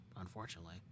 unfortunately